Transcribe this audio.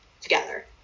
together